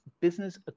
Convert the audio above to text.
business